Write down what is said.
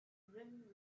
rim